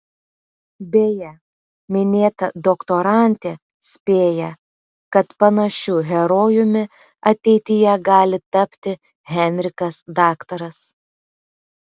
beje minėta doktorantė spėja kad panašiu herojumi ateityje gali tapti henrikas daktaras